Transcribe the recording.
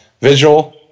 visual